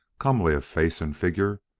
comely of face and figure,